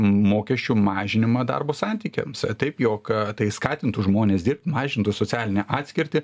mokesčių mažinimą darbo santykiams taip jog tai skatintų žmones dirbt mažintų socialinę atskirtį